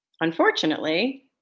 unfortunately